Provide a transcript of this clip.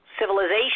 civilization